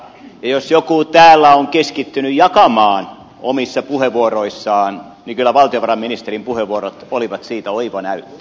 jos joku täällä on keskittynyt jakamaan omissa puheenvuoroissaan niin kyllä valtiovarainministerin puheenvuorot olivat siitä oiva näyttö